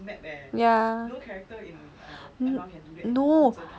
ya no